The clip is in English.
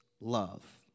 love